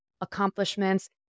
accomplishments